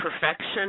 perfection